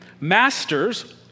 Masters